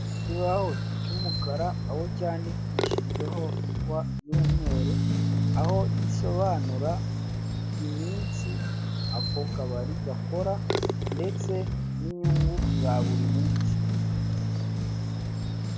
Ikibaho cy'umukara aho cyandikishijweho ingwa y'umweru aho gisobanura iminsi ako kabari gakora ndetse n'inyungu ya buri munsi.